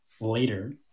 later